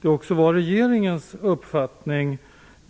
det också är regeringens uppfattning.